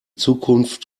zukunft